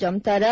Jamtara